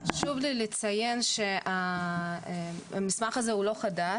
חשוב לי לציין שהמסמך הזה הוא לא חדש,